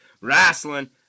wrestling